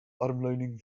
armleuning